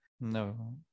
no